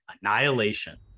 Annihilation